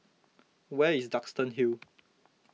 where is Duxton Hill